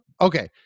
okay